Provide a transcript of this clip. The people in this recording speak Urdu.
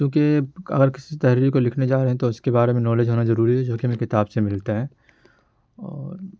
کیوںکہ اگر کسی تحریر کو لکھنے جا رہے ہیں تو اس کے بارے نالج ہونا ضروری ہے جو کہ ہمیں کتاب سے ملتے ہیں اور